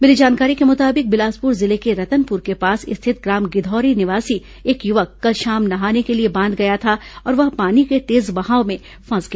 मिली जानकारी के मुताबिक बिलासपुर जिले के रतनपुर के पास स्थित ग्राम गिधौरी निवासी एक युवक कल शाम नहाने के लिए बांध गया था और वह पानी के तेज बहाव में फंस गया